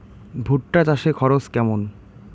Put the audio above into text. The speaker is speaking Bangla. ভুট্টা চাষে খরচ কেমন?